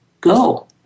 go